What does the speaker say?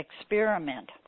experiment